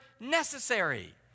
necessary